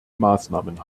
maßnahmen